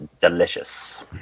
delicious